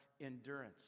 endurance